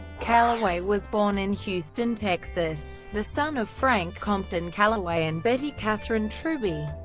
calaway was born in houston, texas, the son of frank compton calaway and betty catherine truby.